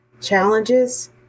challenges